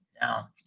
Now